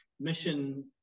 mission